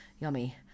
yummy